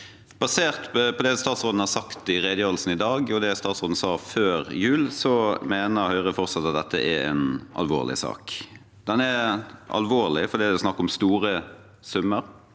Basert på det statsråden har sagt i redegjørelsen i dag, og det statsråden sa før jul, mener Høyre fortsatt at dette er en alvorlig sak. Den er alvorlig fordi det er snakk om store summer